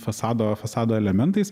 fasado fasado elementais